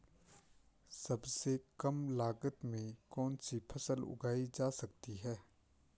सबसे कम लागत में कौन सी फसल उगाई जा सकती है